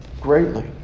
greatly